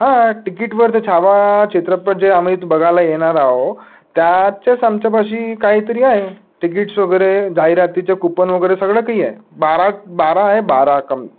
हा तिकीटवर ते छावा चित्रपट जे आम्ही बघायला येणार आहो त्याच्याच आमच्यापाशी काहीतरी आहे तिकीट्स वगैरे जाहिरातीच्या कूपन वगैरे सगळं काही आहे बारा बारा आहे बारा कम